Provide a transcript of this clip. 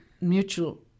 Mutual